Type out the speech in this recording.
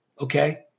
Okay